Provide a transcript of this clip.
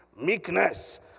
meekness